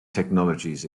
technologies